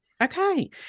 Okay